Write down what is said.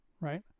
Right